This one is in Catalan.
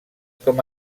com